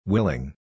Willing